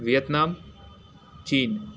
Vietnam China